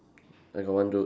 I got one dude